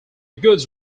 goods